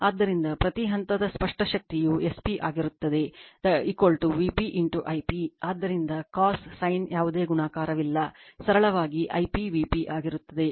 ಆದ್ದರಿಂದ ಪ್ರತಿ ಹಂತದ ಸ್ಪಷ್ಟ ಶಕ್ತಿಯು S p ಆಗಿರುತ್ತದೆ Vp I p ಆದ್ದರಿಂದ cos sin ಯಾವುದೇ ಗುಣಾಕಾರವಿಲ್ಲ ಸರಳವಾಗಿ Vp I p ಆಗಿರುತ್ತದೆ